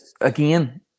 again